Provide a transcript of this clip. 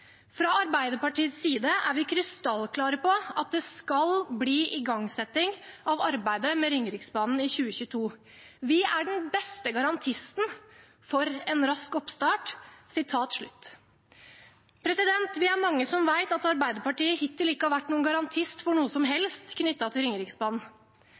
Arbeiderpartiets side er vi krystallklare på at det skal bli igangsetting av arbeidet med Ringeriksbanen i 2022. Vi er den beste garantisten for en rask oppstart.» Vi er mange som vet at Arbeiderpartiet hittil ikke har vært noen garantist for noe som helst knyttet til Ringeriksbanen.